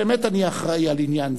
הן בעניין החברתי והן בעניין המדיני.